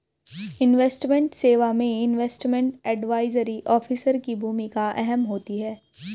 investment सेवा में investment advisory officer की भूमिका अहम होती है